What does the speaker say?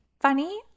funny